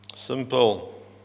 simple